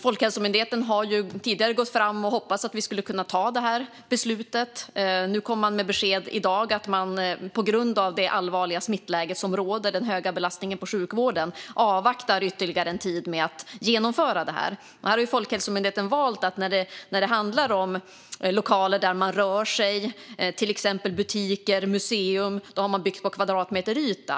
Folkhälsomyndigheten har ju tidigare gått fram med en förhoppning om att vi skulle kunna ta det här beslutet. I dag kom man med besked: På grund av det allvarliga smittläge som råder och den höga belastningen på sjukvården avvaktar man ytterligare en tid med att genomföra det här. När det handlar om lokaler där människor rör sig, till exempel butiker och museer, har Folkhälsomyndigheten valt att bygga på kvadratmeteryta.